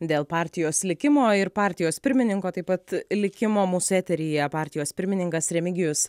dėl partijos likimo ir partijos pirmininko taip pat likimo mūsų eteryje partijos pirmininkas remigijus